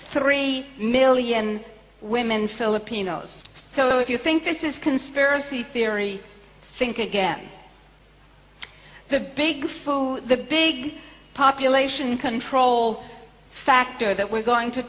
three million women filipinos so if you think this is conspiracy theory think again the big food the big population control factor that we're going to